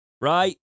right